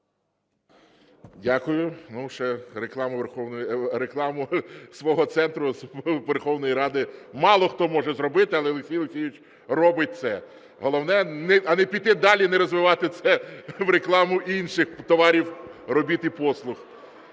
Ну, ще рекламу свого центру з Верховної Ради мало хто може зробити, але Олексій Олексійович робить це. Головне, не піти далі і не розвивати це в рекламу інших товарів робіт і послуг.